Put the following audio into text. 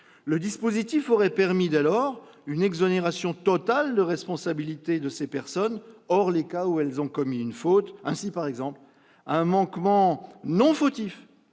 Le dispositif aurait permis une exonération totale de responsabilité de ces personnes, hors les cas où elles ont commis une faute. Ainsi, un manquement non fautif